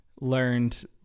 learned